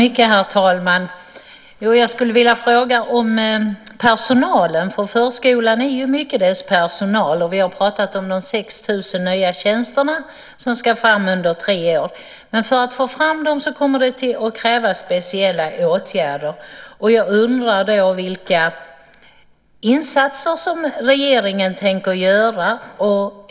Herr talman! Jag skulle vilja fråga om personalen. Förskolan är mycket dess personal. Vi har talat om de 6 000 nya tjänsterna som ska fram under tre år. För att få fram dem kommer det att krävas speciella åtgärder. Vilka insatser tänker regeringen göra?